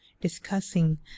discussing